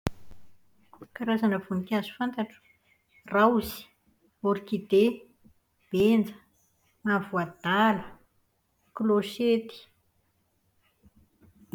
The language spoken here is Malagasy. Karazana voninkazo fantatro. Raozy, orkide, bera, mavo adala, closety.